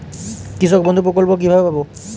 কৃষকবন্ধু প্রকল্প কিভাবে পাব?